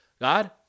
God